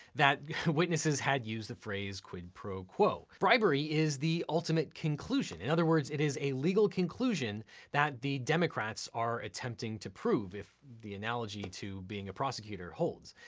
that witnesses had used the phrase quid pro quo. bribery is the ultimate conclusion. in other words, it is a legal conclusion that the democrats are attempting to prove, if the analogy to being a prosecutor holds.